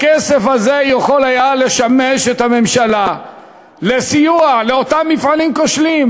הכסף הזה יכול היה לשמש את הממשלה לסיוע לאותם מפעלים כושלים,